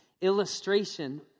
illustration